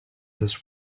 this